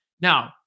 Now